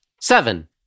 Seven